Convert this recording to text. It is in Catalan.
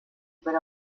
per